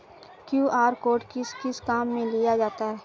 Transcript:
QR code किस किस काम में लिया जाता है?